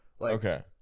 okay